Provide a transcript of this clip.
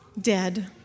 Dead